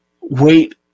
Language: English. Wait